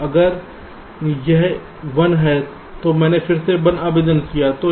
तो अगर यह 1 है तो मैंने फिर से 1 आवेदन किया है